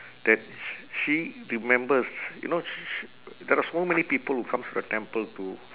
that sh~ she remembers you know sh~ sh~ there are so many people who comes to the temple to